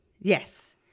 Yes